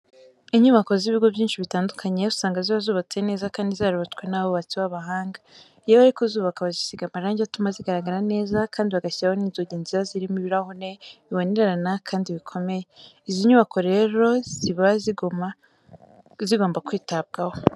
Inyubako z'ibigo byinshi bitandukanye usanga ziba zubatse neza kandi zarubatswe n'abubatsi b'abahanga. Iyo bari kuzubaka bazisiga amarangi atuma zigaragara neza kandi bagashyiraho n'inzugi nziza zirimo ibirahure bibonerana kandi bikomeye. Izi nyubako rero ziba zigoma kwitabwaho.